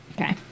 Okay